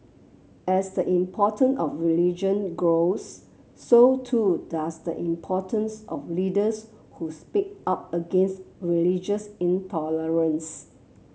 as the important of religion grows so too does the importance of leaders who speak out against religious intolerance